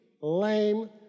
lame